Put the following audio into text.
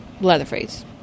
Leatherface